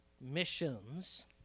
missions